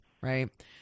right